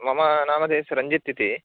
मम नामधेयम एस् रञ्जित् इति